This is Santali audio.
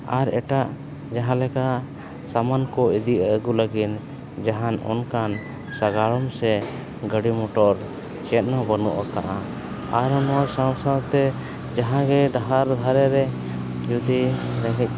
ᱟᱨ ᱮᱴᱟᱜ ᱡᱟᱦᱟᱸ ᱞᱮᱠᱟ ᱥᱟᱢᱟᱱ ᱠᱚ ᱤᱫᱤ ᱟᱹᱜᱩ ᱞᱟᱹᱜᱤᱫ ᱡᱟᱦᱟᱱ ᱚᱱᱠᱟᱱ ᱥᱟᱜᱟᱲᱚᱢ ᱥᱮ ᱜᱟᱹᱰᱤ ᱢᱚᱴᱚᱨ ᱪᱮᱫ ᱦᱚᱸ ᱵᱟᱹᱱᱩᱜ ᱟᱠᱟᱜᱼᱟ ᱟᱨ ᱦᱚᱸ ᱱᱚᱣᱟ ᱥᱟᱶ ᱥᱟᱶᱛᱮ ᱡᱟᱦᱟᱸᱭ ᱜᱮ ᱰᱟᱦᱟᱨ ᱫᱷᱟᱨᱮ ᱨᱮ ᱡᱩᱫᱤ ᱨᱮᱸᱜᱮᱡ